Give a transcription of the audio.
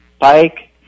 pike